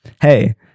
hey